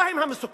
לא הם המסוכנים.